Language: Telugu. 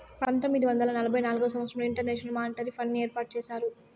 పంతొమ్మిది వందల నలభై నాల్గవ సంవచ్చరంలో ఇంటర్నేషనల్ మానిటరీ ఫండ్ని ఏర్పాటు చేసినారు